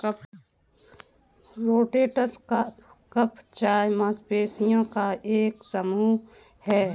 rotator cuff चार मांसपेशियों का एक समूह है